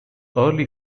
early